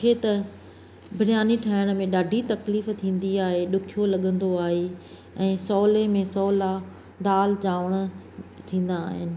मूंखे त बिरयानी ठाहिण में ॾाढी तक़लीफ़ु थींदी आहे ॾुखियो लॻंदो आहे ऐं सहुले में सहुला दाल चांवर थींदा आहिनि